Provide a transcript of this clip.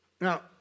Now